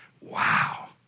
Wow